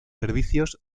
servicios